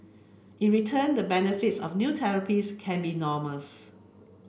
in return the benefits of new therapies can be enormous